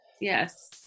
Yes